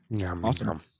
Awesome